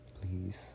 please